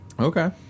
Okay